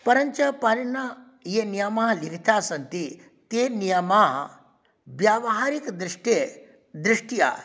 परञ्च पाणिनिना ये नियमाः लिखिताः सन्ति ते नियमा व्यावहारिक दृष्टे दृष्ट्या